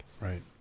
Right